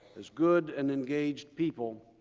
as good and engaged people,